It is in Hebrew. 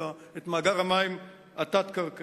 את מאגר המים התת-קרקעי.